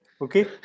Okay